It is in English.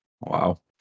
Wow